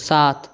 सात